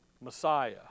Messiah